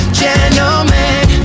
gentleman